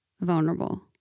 vulnerable